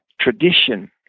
tradition